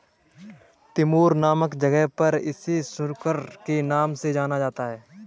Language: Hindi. तिमोर नामक जगह पर इसे सुकर के नाम से जाना जाता है